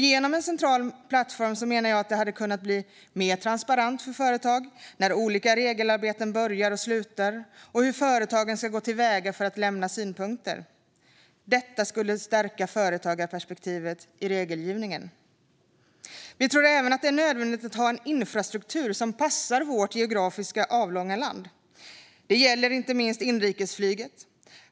Genom en central plattform menar jag att det hade kunnat bli mer transparent för företagen när olika regelarbeten börjar och slutar och hur företagen ska gå till väga för att lämna synpunkter. Detta skulle stärka företagsperspektivet i regelgivningen. Vi tror även att det är nödvändigt att ha en infrastruktur som passar vårt geografiskt avlånga land. Det gäller inte minst inrikesflyget.